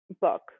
book